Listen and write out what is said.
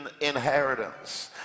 inheritance